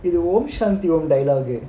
இது:ithu om shanthi om dialogue